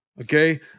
Okay